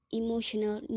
emotional